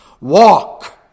Walk